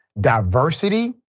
diversity